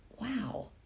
wow